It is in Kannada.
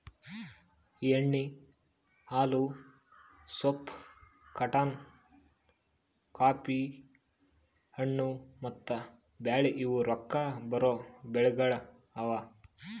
ಎಣ್ಣಿ, ಹಾಲು, ಸೋಪ್, ಕಾಟನ್, ಕಾಫಿ, ಹಣ್ಣು, ಮತ್ತ ಬ್ಯಾಳಿ ಇವು ರೊಕ್ಕಾ ಬರೋ ಬೆಳಿಗೊಳ್ ಅವಾ